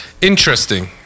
Interesting